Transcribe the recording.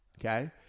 Okay